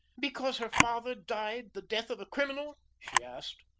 because her father died the death of a criminal? she asked.